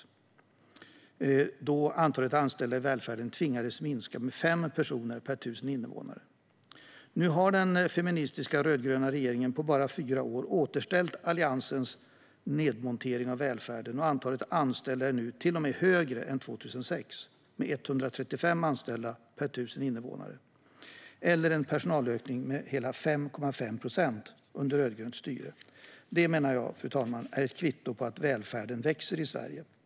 Då tvingades man minska antalet anställda i välfärden med 5 personer per 1 000 invånare. Den feministiska regeringen har på bara fyra år återställt Alliansens nedmontering av välfärden. Nu är antalet anställda till och med högre än 2006, med 135 anställda per 1 000 invånare eller en personalökning med hela 5,5 procent under rödgrönt styre. Det menar jag är ett kvitto på att välfärden växer i Sverige, fru talman.